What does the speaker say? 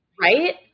Right